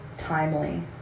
timely